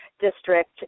District